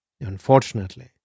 Unfortunately